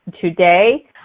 today